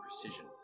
precision